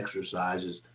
exercises